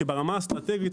כי ברמה האסטרטגית,